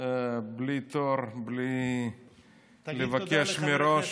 בלי תור, בלי לבקש מראש,